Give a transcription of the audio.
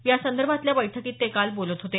यासंदर्भातल्या बैठकीत ते काल बोलत होते